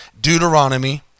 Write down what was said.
Deuteronomy